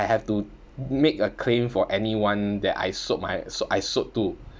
I have to make a claim for anyone that I sold my so~ I sold to